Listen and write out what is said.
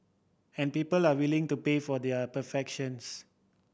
and people are willing to pay for there are perfections